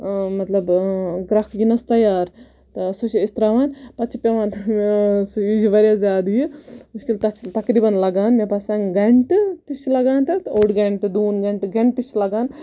مَطلَب گرکھ یِنَس تَیار تہٕ سُہ چھِ أسۍ تراوان پَتہٕ چھِ پیٚوان سُہ چھِ واریاہ زیادٕ یہِ تتھ چھِ تَقریباً لَگان مےٚ باسان گَنٹہٕ تہِ چھ لَگان تتھ اوٚر گَنٹہٕ دوٗن گَنٹہٕ گَنٹہٕ چھ لَگان